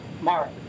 Mark